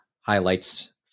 highlights